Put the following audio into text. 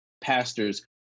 pastors